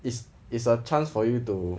it's it's a chance for you to